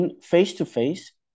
face-to-face